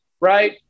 right